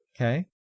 Okay